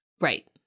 Right